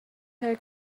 her